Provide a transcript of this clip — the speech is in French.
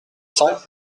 cent